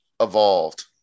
evolved